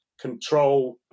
control